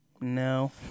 No